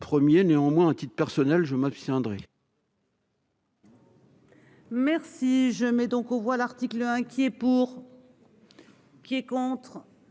1er néanmoins, à titre personnel, je m'abstiendrai. Merci, je mets donc aux voix l'article. Qui est pour, qui est contre.